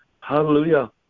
Hallelujah